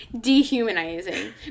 dehumanizing